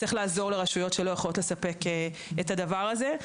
צריך לעזור לרשויות שלא יכולות לספק את הדבר הזה;